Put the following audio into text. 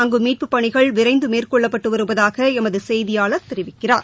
அங்கு மீட்புப் பணிகள் விரைந்து மேற்கொள்ளப்பட்டு வருவதாக எமது செய்தியாளர் தெரிவிக்கிறார்